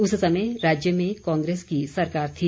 उस समय राज्य में कांग्रेस की सरकार थी